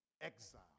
exile